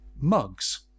mugs